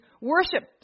worship